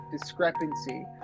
discrepancy